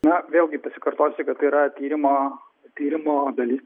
na vėlgi pasikartosiu kad yra tyrimo tyrimo dalis